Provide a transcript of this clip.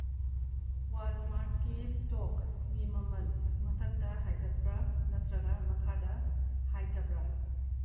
ꯋꯥꯜꯃꯥꯔꯠꯀꯤ ꯏꯁꯇꯣꯛꯀꯤ ꯃꯃꯜ ꯃꯊꯛꯇ ꯍꯥꯏꯒꯠꯄ꯭ꯔꯥ ꯅꯠꯇ꯭ꯔꯒ ꯃꯈꯥꯗ ꯍꯥꯏꯊꯕ꯭ꯔꯥ